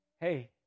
hey